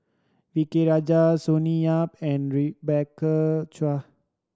V K Rajah Sonny Yap and Rebecca Chua